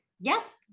Yes